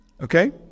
okay